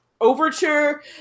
Overture